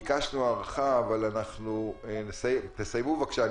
אנחנו ביקשנו הארכה, אבל תסיימו בבקשה,